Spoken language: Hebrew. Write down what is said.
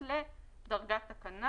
לדרגת תקנה.